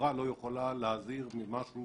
חברה לא יכולה להזהיר ממשהו